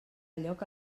lloc